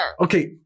Okay